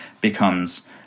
becomes